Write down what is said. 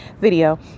video